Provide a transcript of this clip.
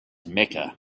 mecca